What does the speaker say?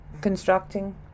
constructing